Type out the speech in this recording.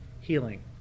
healing